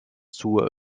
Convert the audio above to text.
zur